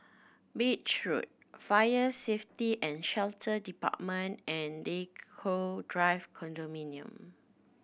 Beach Road Fire Safety And Shelter Department and Draycott Drive Condominium